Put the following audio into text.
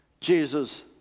Jesus